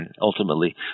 ultimately